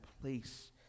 place